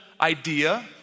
idea